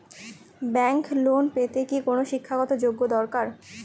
Bank loan পেতে কি কোনো শিক্ষা গত যোগ্য দরকার?